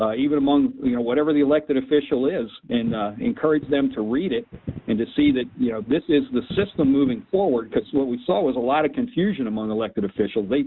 ah even among whatever the elected official is and encourage them to read it and to see that you know this is the system moving forward cause what we saw was a lot of confusion among elected officials.